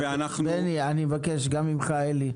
בני, אני מבקש גם ממך, אלי.